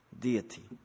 deity